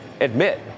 admit